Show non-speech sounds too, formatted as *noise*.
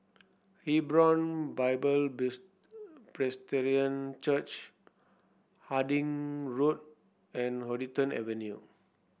Hebron Bible *unintelligible* Presbyterian Church Harding Road and Huddington Avenue